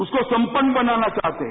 उसको सम्पन्न बनाना चाहते है